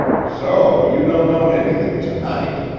so you don't own anything to-night,